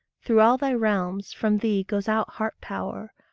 through all thy realms from thee goes out heart-power,